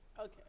Okay